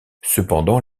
cependant